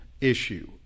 issue